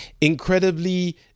incredibly